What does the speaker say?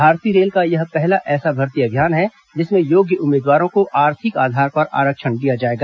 भारतीय रेल का यह पहला ऐसा भर्ती अभियान है जिसमें योग्य उम्मीदवारों को आर्थिक आधार पर आरक्षण दिया जाएगा